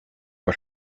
but